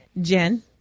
Jen